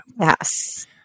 Yes